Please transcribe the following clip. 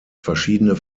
verschiedene